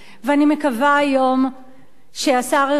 ואני מקווה היום שהשר ארדן,